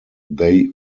they